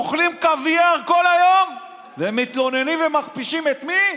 אוכלים קוויאר כל היום ומתלוננים ומכפישים, את מי?